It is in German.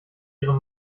ihre